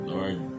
Lord